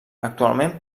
actualment